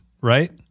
right